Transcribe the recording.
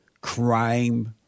crime